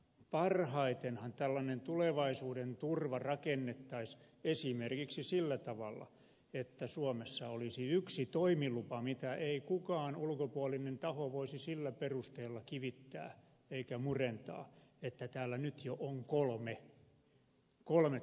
parhaitenhan tällainen tulevaisuudenturva rakennettaisiin esimerkiksi sillä tavalla että suomessa olisi yksi toimilupa jota ei kukaan ulkopuolinen taho voisi sillä perusteella kivittää eikä murentaa että täällä nyt on jo kolme toimilupaa